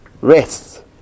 rests